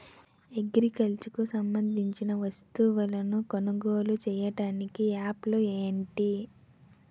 Agriculture కు సంబందించిన వస్తువులను కొనుగోలు చేయటానికి యాప్లు ఏంటి?